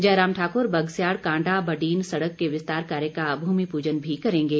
जयराम ठाकुर बगस्याड़ कांडा बडीन सड़क के विस्तार कार्य का भूमिपूजन भी करेंगे